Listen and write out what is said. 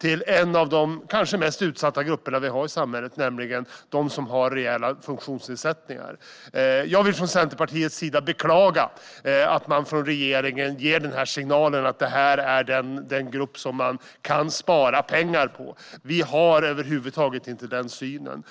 till en av de kanske mest utsatta grupperna vi har i samhället, nämligen de som har rejäla funktionsnedsättningar. Jag vill från Centerpartiets sida beklaga att regeringen ger signalen att det här är en grupp som man kan spara pengar på. Vi har över huvud taget inte den synen.